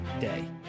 day